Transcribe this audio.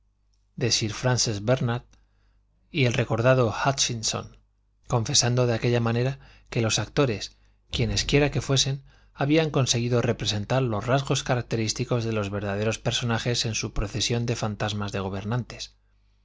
sir francés bérnard y el recordado hútchinson confesando de aquella manera que los actores quienesquiera que fuesen habían conseguido representar los rasgos característicos de los verdaderos personajes en su procesión de fantasmas de gobernadores